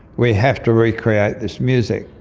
we have to recreate this music.